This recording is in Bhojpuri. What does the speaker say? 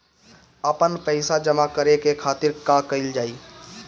आपन पइसा जमा करे के खातिर का कइल जाइ?